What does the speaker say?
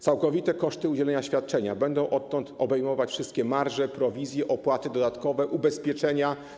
Całkowite koszty udzielenia świadczenia będą odtąd obejmować wszystkie marże, prowizje, opłaty dodatkowe, ubezpieczenia.